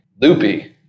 loopy